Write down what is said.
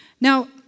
Now